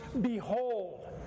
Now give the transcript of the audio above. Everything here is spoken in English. behold